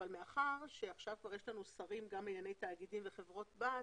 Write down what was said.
מאחר ועכשיו יש לנו שרים גם לענייני תאגידים וחברות בת,